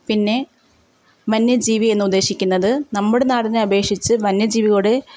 പിന്നെ വന്യജീവി എന്ന് ഉദ്ദേശിക്കുന്നത് നമ്മുടെ നാടിനെ അപേക്ഷിച്ച് വന്യജീവിയുടെ